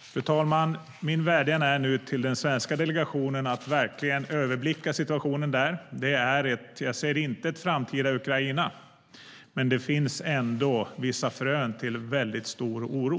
Fru talman! Min vädjan till den svenska delegationen är nu att verkligen överblicka situationen i Makedonien. Jag ser inte ett framtida Ukraina, men här finns ändå vissa frön till oro.